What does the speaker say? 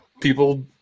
people